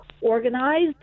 organized